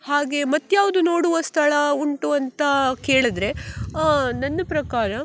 ಹಾಗೆ ಮತ್ತು ಯಾವುದು ನೋಡುವ ಸ್ಥಳ ಉಂಟು ಅಂತ ಕೇಳಿದ್ರೆ ನನ್ನ ಪ್ರಕಾರ